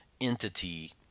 entity